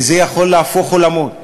וזה יכול להפוך עולמות